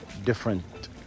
different